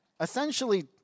essentially